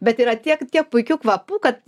bet yra tiek tiek puikių kvapų kad